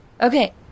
Okay